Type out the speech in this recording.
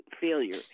failure